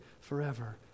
forever